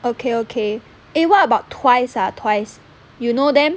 okay okay eh what about twice ah twice you know them